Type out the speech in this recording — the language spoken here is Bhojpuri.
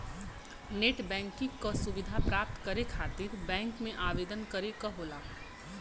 नेटबैंकिंग क सुविधा प्राप्त करे खातिर बैंक में आवेदन करे क होला